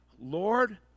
Lord